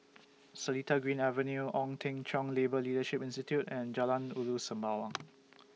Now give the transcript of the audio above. Seletar Green Avenue Ong Teng Cheong Labour Leadership Institute and Jalan Ulu Sembawang